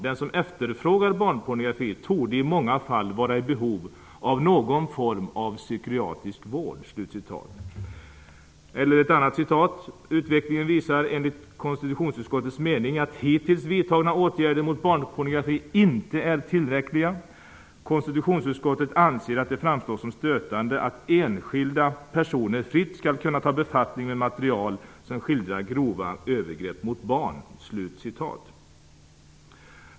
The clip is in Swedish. De som efterfrågar barnpornografi torde i många fall vara i behov av någon form av psykiatrisk vård. Utvecklingen visar dock enligt konstitutionsutskottets mening att hittills vidtagna åtgärder mot barnpornografi inte är tillräckliga. Konstitutionsutskottet anser att det framstår som stötande att enskilda personer fritt skall kunna ta befattning med material som skildrar grova övergrepp mot barn.''